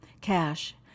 cash